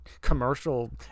commercial